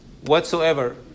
whatsoever